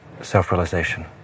self-realization